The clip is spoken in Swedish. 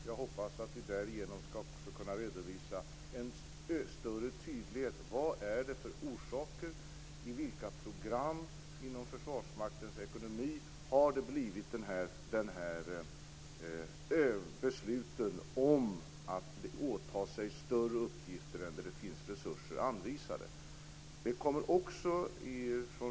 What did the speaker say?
Jag hoppas att vi därigenom också skall kunna redovisa en större tydlighet när det gäller orsakerna till detta och i vilka program inom Försvarsmaktens ekonomi som besluten har fattats om att åta sig större uppgifter än vad det finns resurser anvisade för.